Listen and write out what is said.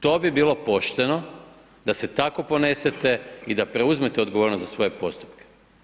To bi bilo pošteno da se tako ponesete i da preuzmete odgovornost za svoje postupke.